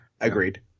agreed